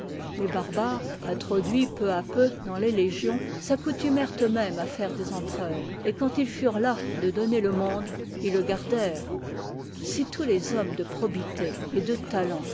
les barbares introduits peu à p uiduhn les légions s'accoutuinèrent eux-mêmes à faire des empereurs et quand ils fâfent las de donner le monde ils le gardèrent si tous les hommes de probité et de